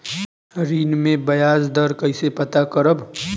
ऋण में बयाज दर कईसे पता करब?